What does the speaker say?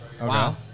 Wow